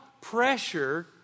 pressure